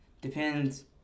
Depends